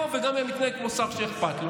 ובאמת הוא היה מתנהג כמו שר בממשלת ישראל שאכפת לו